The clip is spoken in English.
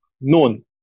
known